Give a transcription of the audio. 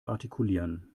artikulieren